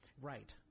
Right